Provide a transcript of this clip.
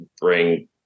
bring